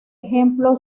ejemplo